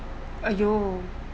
!aiyo!